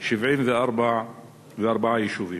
74 יישובים,